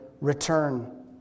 return